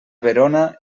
verona